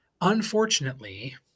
Unfortunately